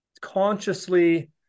consciously